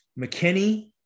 McKinney